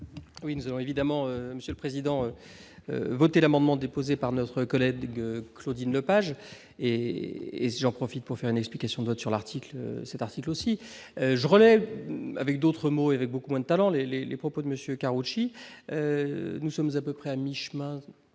Oui, nous allons évidemment monsieur le Président voter l'amendement déposé par notre collègue Claudine pages et j'en profite pour faire une explication de vote sur l'article 7 article aussi je relève avec d'autres mots, avait beaucoup moins de talent les, les, les propos de monsieur Karoutchi nous sommes à peu près à mi-chemin